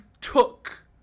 took